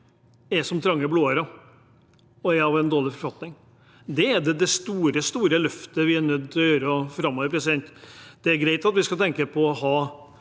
er som trange blodårer og er i dårlig forfatning. Det er det store løftet vi er nødt til å gjøre framover. Det er greit at vi skal tenke på at